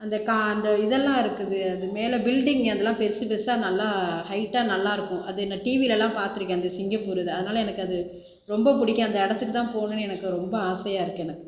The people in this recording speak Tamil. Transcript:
அந்த கா அந்த இதெல்லாம் இருக்குது அது மேலே பில்டிங் அதெல்லாம் பெருசு பெருசாக நல்லா ஹயிட்டாக நல்லாயிருக்கும் அது இந்த டிவிலெலாம் பார்த்துருக்கன் அந்த சிங்கப்பூர் இதை அதனால் எனக்கு அது ரொம்ப பிடிக்கும் அந்த இடத்துக்கு தான் போகணுன்னு எனக்கு ரொம்ப ஆசையா இருக்குது எனக்கு